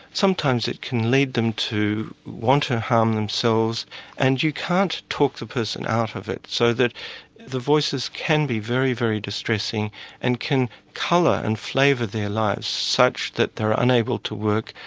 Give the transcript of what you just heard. sometimes it can lead them to want to harm themselves and you can't talk the person out of it. so that the voices can be very, very distressing and can colour and flavour their lives such that they are unable to work,